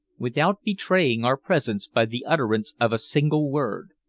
without betraying our presence by the utterance of a single word.